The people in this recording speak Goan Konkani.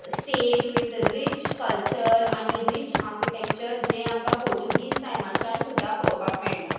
स्टेट वीथ रीच कल्चर आनी रीच आर्किटेक्चर जे आमकां पोर्चुगीज टायमाच्यान सुद्दां पळोवपाक मेळटा